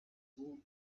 see